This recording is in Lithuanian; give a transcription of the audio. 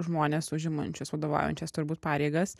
žmones užimančius vadovaujančias turbūt pareigas